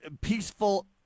peaceful